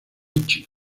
beach